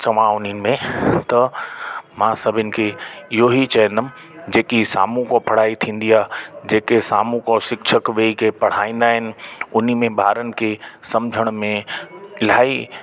चवां हुन में त मां सभिनि खे इहो ई चवंदमि जेकी साम्हूं खां पढ़ाई थींदी आहे जेके साम्हूं खां शिक्षक वेही करे पढ़ाईंदा आहिनि उन में ॿारनि खे सम्झण में इलाही